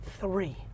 three